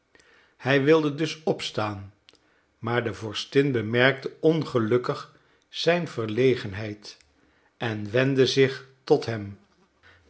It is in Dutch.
hij wilde dus opstaan maar de vorstin bemerkte ongelukkig zijn verlegenheid en wendde zich tot hem